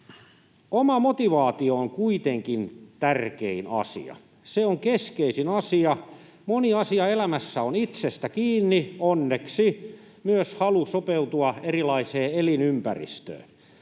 Oma motivaatio on kuitenkin tärkein asia. Se on keskeisin asia. Moni asia elämässä on itsestä kiinni, onneksi, myös halu sopeutua erilaiseen elinympäristöön.